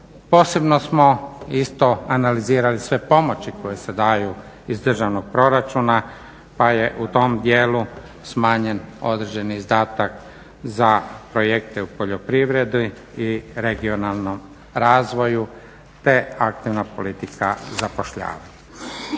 Posebno smo isto analizirali sve pomoći koje se daju iz državnog proračuna pa je u tom djelu smanjen određeni izdatak za projekte u poljoprivredi i regionalnom razvoju te aktivna politika zapošljavanja.